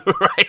Right